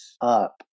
up